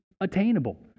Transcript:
attainable